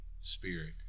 Spirit